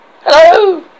Hello